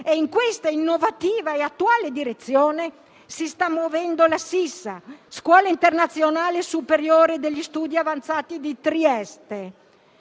In questa innovativa e attuale direzione si sta muovendo la Scuola internazionale superiore di studi avanzati di Trieste